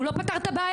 הוא לא פתר את הבעיה.